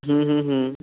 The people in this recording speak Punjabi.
ਹਮ ਹਮ ਹਮ